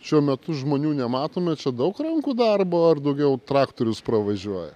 šiuo metu žmonių nematome čia daug rankų darbo ar daugiau traktorius pravažiuoja